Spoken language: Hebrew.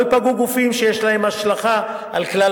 לא יפגע בגופים שיש להם השלכה על כלל